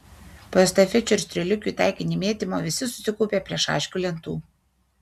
po estafečių ir strėliukių į taikinį mėtymo visi susikaupė prie šaškių lentų